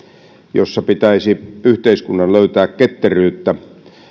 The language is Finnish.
jossa pitäisi yhteiskunnan löytää ketteryyttä